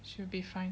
should be fine